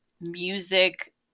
music